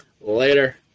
Later